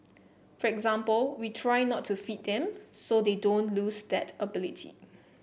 for example we try not to feed them so they don't lose that ability